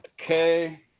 Okay